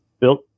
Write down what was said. built